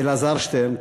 אלעזר שטרן.